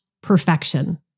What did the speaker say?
perfection